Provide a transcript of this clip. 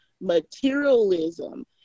materialism